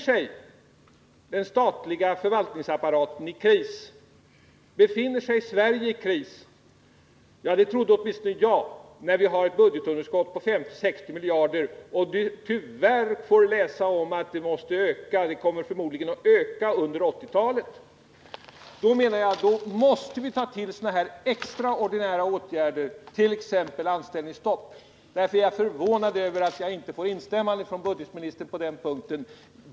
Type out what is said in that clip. Om den statliga förvaltningsapparaten befinner sig i kris och om Sverige befinner sig i kris — det trodde åtminstone jag var fallet, med tanke på att vi har ett budgetunderskott på 50-60 miljarder och med tanke på att detta tyvärr förmodligen kommer att öka under 1980-talet — då måste vi enligt min mening ta till extraordinära åtgärder, t.ex. anställningsstopp. Jag är förvånad över att jag inte får ett instämmande från budgetministern på den punkten.